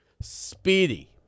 Speedy